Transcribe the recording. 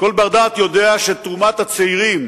יודע שתרומת הצעירים